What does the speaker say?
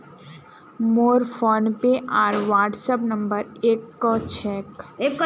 मोर फोनपे आर WhatsApp number एक क छेक